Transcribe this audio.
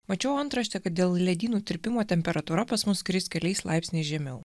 mačiau antraštę kad dėl ledynų tirpimo temperatūra pas mus kris keliais laipsniais žemiau